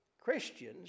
Christians